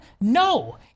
No